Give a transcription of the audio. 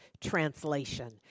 translation